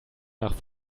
nach